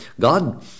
God